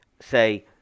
say